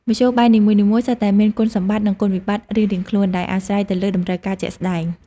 មធ្យោបាយនីមួយៗសុទ្ធតែមានគុណសម្បត្តិនិងគុណវិបត្តិរៀងៗខ្លួនដែលអាស្រ័យទៅលើតម្រូវការជាក់ស្តែង។